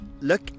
look